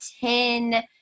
ten